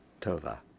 Tova